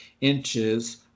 inches